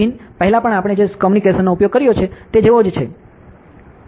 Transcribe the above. begin પહેલાં પણ આપણે જે કોમ્યુનિકેશનનો ઉપયોગ કર્યો છે તે જેવો છે